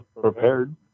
Prepared